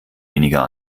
weniger